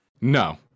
No